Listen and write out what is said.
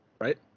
right